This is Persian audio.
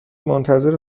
منتظر